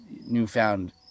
newfound